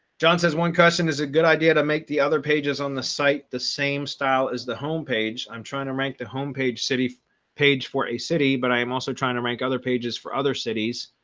john says one cousin is a good idea to make the other pages on the site the same style is the homepage. i'm trying to rank the homepage city page for a city but i'm also trying to rank other pages for other cities.